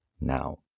now